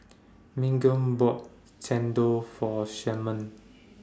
Miguel bought Chendol For Sherman